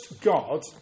God